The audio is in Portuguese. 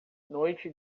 noite